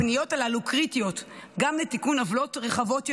הפניות הללו קריטיות גם לתיקון עוולות רחבות יותר.